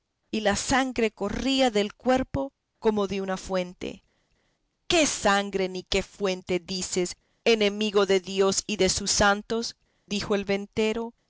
y la sangre corría del cuerpo como de una fuente qué sangre ni qué fuente dices enemigo de dios y de sus santos dijo el ventero